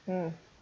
mm